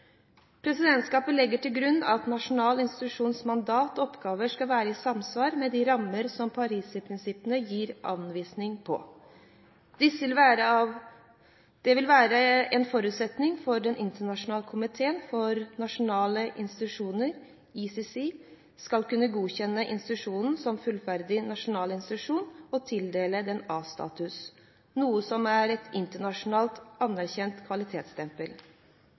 Presidentskapet legger til grunn at nasjonal institusjons mandat og oppgaver skal være i samsvar med de rammer som Paris-prinsippene gir anvisning på. Dette vil være en forutsetning for at Den internasjonale koordinerende komiteen for nasjonale institusjoner, ICC, skal kunne godkjenne institusjonen som fullverdig nasjonal institusjon og tildele den A-status, noe som er et internasjonalt anerkjent kvalitetsstempel.